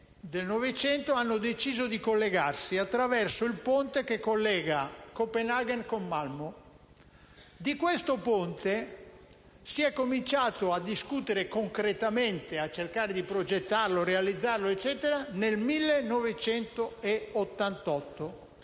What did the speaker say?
alla fine del Novecento hanno deciso di collegarsi attraverso un ponte che unisse Copenhagen con Malmö. Di questo ponte si è cominciato a discutere concretamente per cercare di progettarlo e realizzarlo nel 1988.